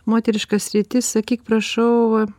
moteriška sritis sakyk prašau va